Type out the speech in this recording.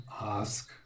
ask